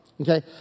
okay